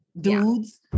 Dudes